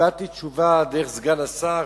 וקיבלתי תשובה דרך סגן השר,